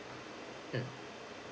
mm